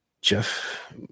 Jeff